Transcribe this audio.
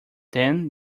then